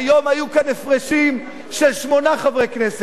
היום היו כאן הפרשים של שמונה חברי כנסת,